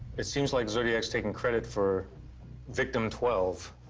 it seems like zodiac's taking credit for victim twelve.